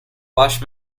wash